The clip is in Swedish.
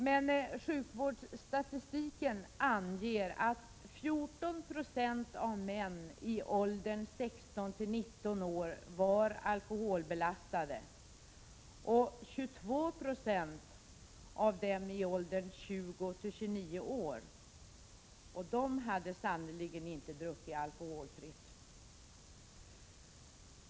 Men sjukvårdsstatistiken anger att 14 96 av män i åldern 16-19 år var alkoholbelastade och 22 26 av dem i åldern 20-29 år. De hade sannerligen inte druckit alkoholfritt.